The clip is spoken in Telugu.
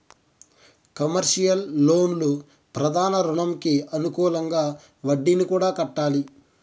కమర్షియల్ లోన్లు ప్రధాన రుణంకి అనుకూలంగా వడ్డీని కూడా కట్టాలి